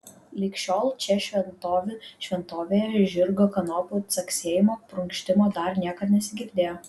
lig šiol čia šventovių šventovėje žirgo kanopų caksėjimo prunkštimo dar niekad nesigirdėjo